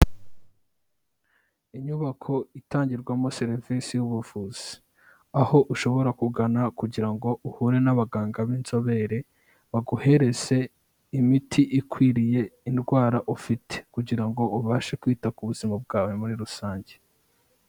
Inyubako itangirwamo serivisi y'ubuvuzi. Aho ushobora kugana kugira ngo uhure n'abaganga b'inzobere baguhereze imiti ikwiriye indwara ufite kugira ngo ubashe kwita ku buzima bwawe muri rusange.